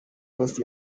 those